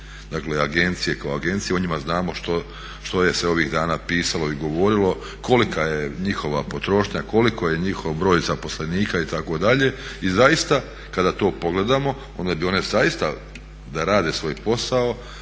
dakle agencije kao agencije o njima znamo što je se o njima ovih dana pisalo i govorilo, kolika je njihova potrošnja, koliki je njihov broj zaposlenika itd. I zaista kada to pogledamo onda bi one zaista da rade svoj posao